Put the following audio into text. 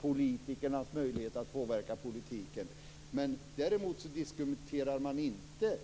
politikernas möjlighet att påverka politiken på det här området. Däremot diskuterar man inte